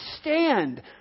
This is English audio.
stand